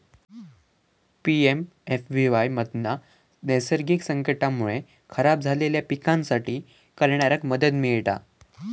PMFBY मधना नैसर्गिक संकटांमुळे खराब झालेल्या पिकांसाठी करणाऱ्याक मदत मिळता